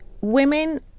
Women